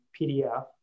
PDF